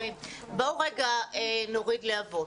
בואו נוריד להבות.